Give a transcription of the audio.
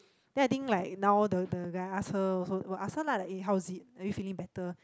then I think like now the the guy ask her also will ask her lah like eh how was it are you feeling better